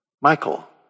Michael